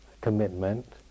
commitment